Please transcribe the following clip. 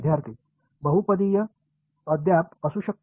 विद्यार्थी बहुपदीय अद्याप असू शकते